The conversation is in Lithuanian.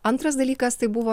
antras dalykas tai buvo